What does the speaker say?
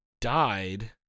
died